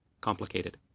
complicated